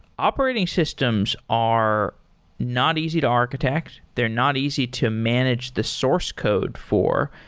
operating systems are not easy to architect. they're not easy to manage the source code for.